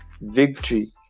victory